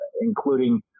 including